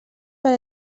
per